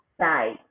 side